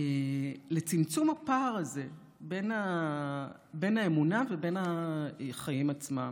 לצמצום הפער הזה בין האמונה ובין החיים עצמם.